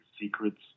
secrets